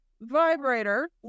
vibrator